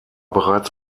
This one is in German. bereits